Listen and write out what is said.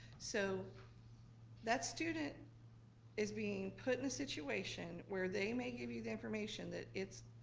so that student is being put in a situation where they may give you the information that it's,